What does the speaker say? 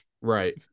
Right